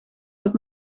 dat